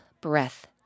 breath